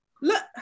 look